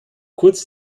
kurz